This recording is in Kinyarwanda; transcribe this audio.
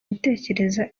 gutekereza